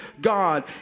God